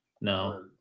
No